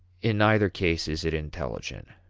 in neither case is it intelligent.